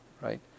right